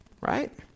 right